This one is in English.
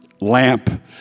lamp